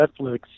Netflix